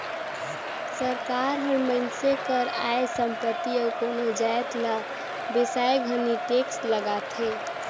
सरकार हर मइनसे कर आय, संपत्ति अउ कोनो जाएत ल बेसाए घनी टेक्स लगाथे